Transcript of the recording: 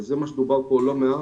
וזה מה שדובר פה לא מעט,